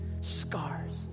scars